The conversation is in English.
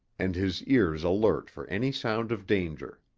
and his ears alert for any sound of danger.